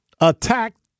attacked